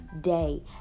day